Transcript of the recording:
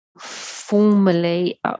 formally